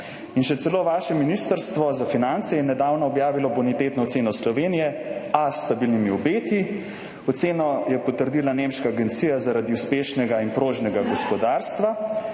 In še celo vaše ministrstvo za finance je nedavno objavilo bonitetno oceno Slovenije: A s stabilnimi obeti. Oceno je potrdila nemška agencija zaradi uspešnega in prožnega gospodarstva,